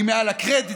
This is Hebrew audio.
היא מעל הקרדיטים,